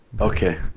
Okay